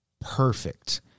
perfect